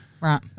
Right